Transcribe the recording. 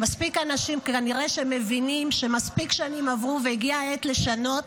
כנראה מספיק אנשים שמבינים שמספיק שנים עברו והגיעה העת לשנות.